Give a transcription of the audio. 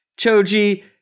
Choji